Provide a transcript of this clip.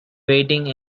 waiting